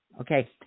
Okay